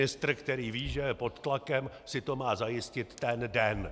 Ministr, který ví, že je pod tlakem, si to má zajistit ten den.